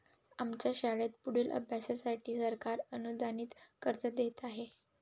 आमच्या शाळेत पुढील अभ्यासासाठी सरकार अनुदानित कर्ज देत आहे